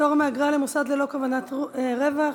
פטור מאגרה למוסד ללא כוונות רווח),